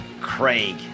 craig